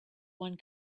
one